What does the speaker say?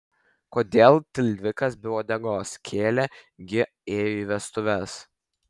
kodėl tilvikas be uodegos kielė gi ėjo į vestuves